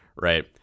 right